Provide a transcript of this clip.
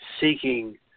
Seeking